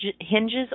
hinges